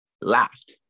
Laughed